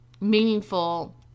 meaningful